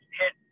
hit